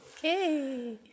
Okay